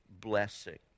blessing